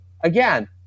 again